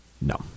No